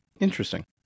Interesting